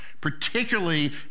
particularly